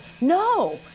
No